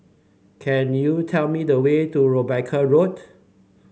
can you tell me the way to Rebecca Road